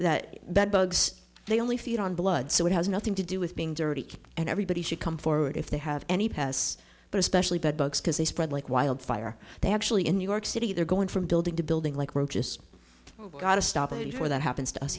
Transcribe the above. know that bedbugs they only feed on blood so it has nothing to do with being dirty and everybody should come forward if they have any pets but especially bedbugs because they spread like wildfire they actually in new york city they're going from building to building like roaches we've got to stop it before that happens to us